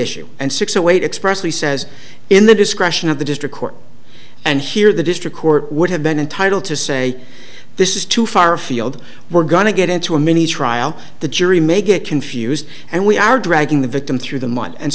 issue and six to eight expressly says in the discretion of the district court and here the district court would have been entitled to say this is too far afield we're going to get into a mini trial the jury may get confused and we are dragging the victim through the m